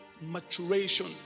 maturation